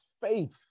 faith